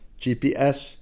GPS